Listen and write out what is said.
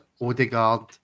Odegaard